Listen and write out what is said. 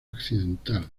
occidental